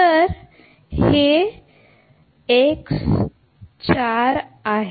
तर हे x 4 आहे